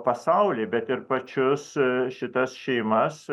pasaulį bet ir pačius šitas šeimas